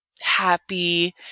happy